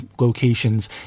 locations